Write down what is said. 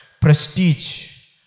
Prestige